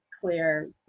clear